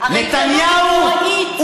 הריקנות הנוראית.